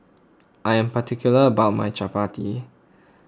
I am particular about my Chappati